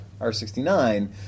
R69